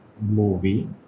movie